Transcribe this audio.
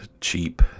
cheap